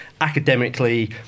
academically